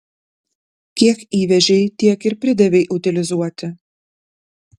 kiek įvežei tiek ir pridavei utilizuoti